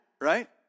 right